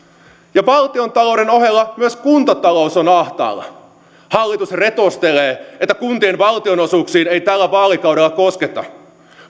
valtiontalouden ohella myös kuntatalous on ahtaalla hallitus retostelee että kuntien valtionosuuksiin ei tällä vaalikaudella kosketa